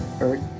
earth